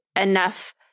enough